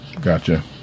Gotcha